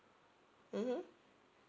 mmhmm